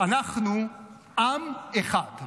אנחנו עם אחד,